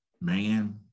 man